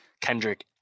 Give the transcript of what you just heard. Kendrick